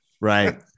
Right